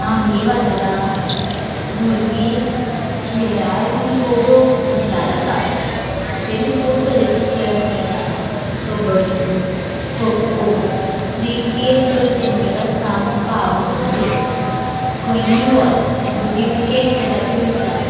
आमगें वाठारांत भुरगीं खेळा हितूंत खूब हुशार आसात तेमी खूब तरेचे खेळ खेळटात कबड्डी खो खो क्रिकेट तर तेंगेलो सामको आवडीचो खेळ खंयी वोच भुरगीं क्रिकेट खेळटात तीं दिसतात